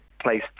place